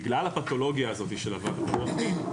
בגלל הפתולוגיה של עבירות מין,